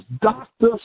Dr